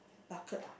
bucket ah